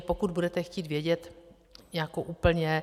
Pokud budete chtít vědět jako úplně...